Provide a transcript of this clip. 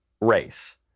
race